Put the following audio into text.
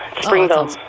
Springville